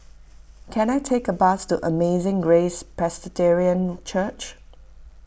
can I take a bus to Amazing Grace Presbyterian Church